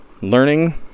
learning